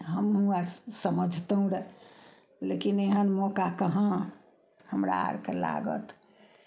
हमहुँ आर समझितहुँ रऽ लेकिन एहन मौका कहाँ हमरा आरके लागत